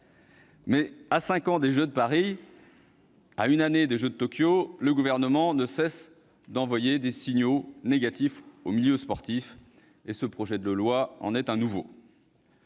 ans avant les Jeux de Paris, un an avant ceux de Tokyo, le Gouvernement ne cesse d'envoyer des signaux négatifs au milieu sportif. Ce projet de loi en est un nouveau.